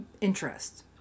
interest